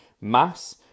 Mass